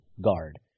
guard